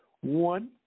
one